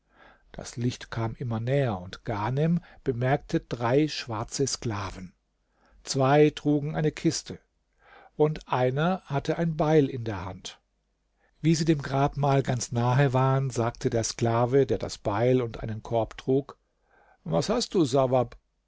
das licht kam immer näher und ghanem bemerkte drei schwarze sklaven zwei trugen eine kiste und einer hatte ein beil in der hand wie sie dem grabmal ganz nahe waren sagte der sklave der das beil und einen korb trug was hast du